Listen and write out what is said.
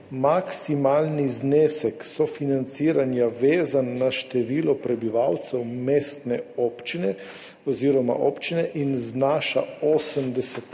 maksimalni znesek sofinanciranja vezan na število prebivalcev mestne občine oziroma občine in znaša 80